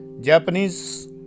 Japanese